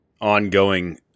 ongoing